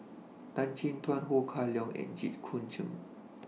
Tan Chin Tuan Ho Kah Leong and Jit Koon Ch'ng